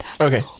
Okay